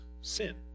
sin